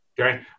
Okay